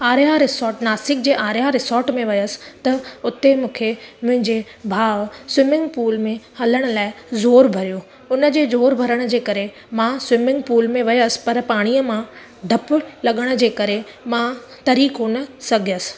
Arya resort Nashik जे Arya resort में वियसि त उते मूंखे मुंहिंजे भाउ स्विमिंग पूल में हलण लाइ ज़ोरु भरियो उनजे ज़ोरु भरण जे करे मां स्विमिंग पूल में वियसि पर पाणीअ मां डपु लॻण जे करे मां तरी कोन सघियसि